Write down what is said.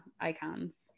icons